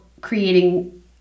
creating